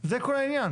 זה כל העניין.